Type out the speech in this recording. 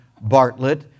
Bartlett